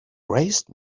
raised